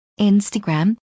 Instagram